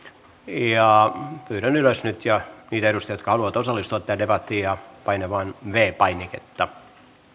pyydän nyt niitä edustajia jotka haluavat osallistua debattiin nousemaan ylös ja painamaan viides painiketta